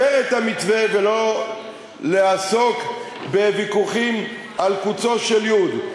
את המתווה ולא לעסוק בוויכוחים על קוצו של יו"ד.